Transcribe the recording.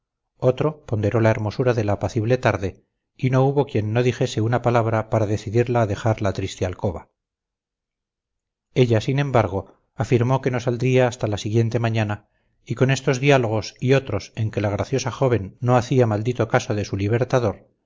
otro ponderó la hermosura de la apacible tarde y no hubo quien no dijese una palabra para decidirla a dejar la triste alcoba ella sin embargo afirmó que no saldría hasta la siguiente mañana y con estos diálogos y otros en que la graciosa joven no hacía maldito caso de su libertador